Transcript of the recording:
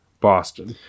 boston